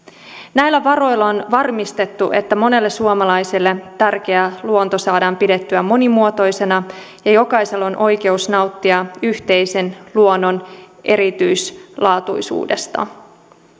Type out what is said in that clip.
näillä varoilla on varmistettu että monelle suomalaiselle tärkeä luonto saadaan pidettyä monimuotoisena ja jokaisella on oikeus nauttia yhteisen luonnon erityislaatuisuudesta